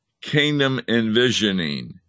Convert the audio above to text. kingdom-envisioning